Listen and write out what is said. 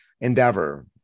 endeavor